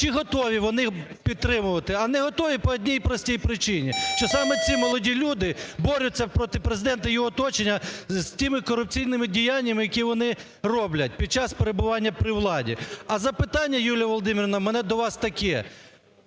чи готові вони підтримувати. А не готові по одній простій причині: що саме ці молоді люди борються проти Президента і його оточення з тими корупційними діяннями, які вони роблять під час перебування при владі. А запитання, Юлія Володимирівна, в мене до вас таке.